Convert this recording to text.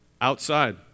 Outside